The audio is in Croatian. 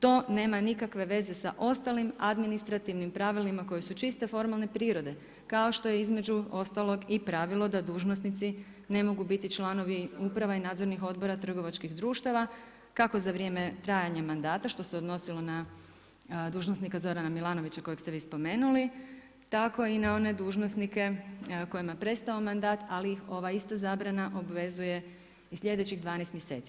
To nema nikakve veze sa ostalim administrativnim pravilima koje su čiste formalne prirode kao što je između ostalog i pravilo da dužnosnici ne mogu biti članovi uprava i nadzornih odbora trgovačkih društava kako za vrijeme trajanja mandata što se odnosilo na dužnosnika Zorana Milanovića kojeg ste vi spomenuli tako i na one dužnosnike kojima je prestao mandat ali ih ova ista zabrana obvezuje i sljedećih 12. mjeseci.